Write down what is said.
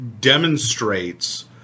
demonstrates